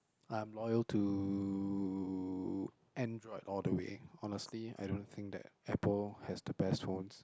I am loyal to Android all the way honestly I don't think that Apple has the best phones